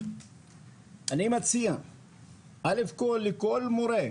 אני מציע לכל מורה,